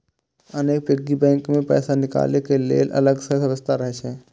अनेक piggy bank मे पैसा निकालै के लेल अलग सं व्यवस्था रहै छै